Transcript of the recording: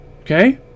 okay